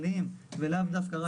גם בשוליים מנסים לבוא ולעקוץ אותנו.